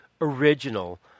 original